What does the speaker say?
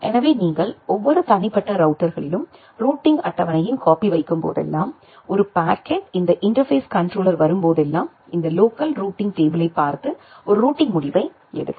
எனவே நீங்கள் ஒவ்வொரு தனிப்பட்ட ரவுட்டர்களிலும் ரூட்டிங் அட்டவணையின் காப்பி வைக்கும் போதெல்லாம் ஒரு பாக்கெட் இந்த இன்டர்பேஸ் கண்ட்ரோலர் வரும்போதெல்லாம் இந்த லோக்கல் ரூட்டிங் டேபிளைப் பார்த்து ஒரு ரூட்டிங் முடிவை எடுக்கும்